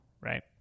right